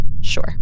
Sure